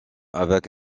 avec